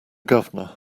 governor